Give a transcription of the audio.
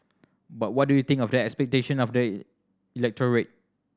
but what do you think of the expectation of the electorate